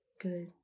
good